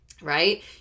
right